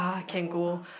Dakota